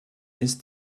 ist